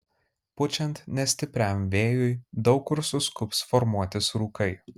pučiant nestipriam vėjui daug kur suskubs formuotis rūkai